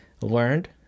learned